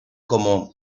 como